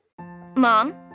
Mom